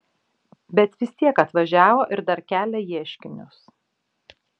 bet vis tiek atvažiavo ir dar kelia ieškinius